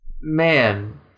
man